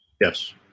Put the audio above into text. Yes